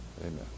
Amen